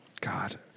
God